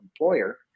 employer